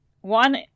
one